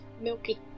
milky